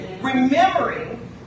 Remembering